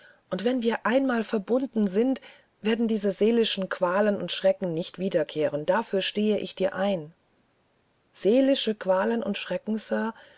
und wenn wir einmal verbunden sind werden diese seelischen qualen und schrecken nicht wiederkehren dafür stehe ich dir ein seelische qualen und